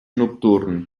nocturn